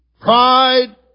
Pride